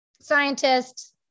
scientists